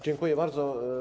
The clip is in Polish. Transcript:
Dziękuję bardzo.